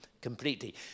completely